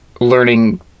learning